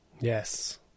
yes